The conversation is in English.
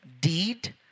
deed